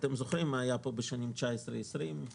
אתם זוכרים מה היה כאן בשנים 2019 2020,